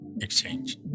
exchange